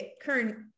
current